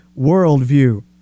worldview